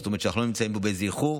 זאת אומרת שאנחנו לא נמצאים פה באיזה איחור.